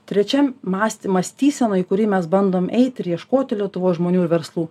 trečiam mąsty mąstysena į kurį mes bandom eit ir ieškoti lietuvos žmonių ir verslų